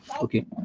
okay